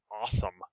awesome